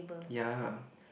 ya